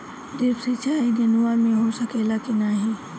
Drip सिंचाई नेनुआ में हो सकेला की नाही?